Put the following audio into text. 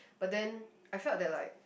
but then I felt that like